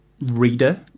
reader